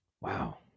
Wow